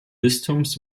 bistums